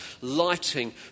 lighting